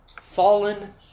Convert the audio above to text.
Fallen